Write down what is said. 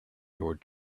your